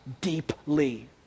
deeply